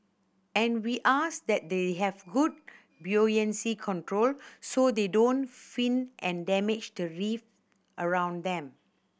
and we ask that they have good buoyancy control so they don't fin and damage the reef around them